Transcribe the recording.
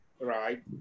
right